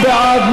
מי בעד?